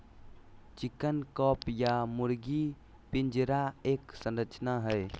chicken coop या मुर्गी पिंजरा एक संरचना हई,